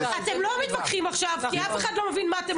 אם אתה תבוא ותסגור את מתחם- -- היו"ר מירב